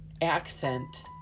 accent